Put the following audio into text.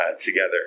together